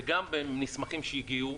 וגם במסמכים שהגיעו,